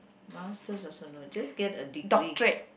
masters also no just get a degree